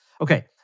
Okay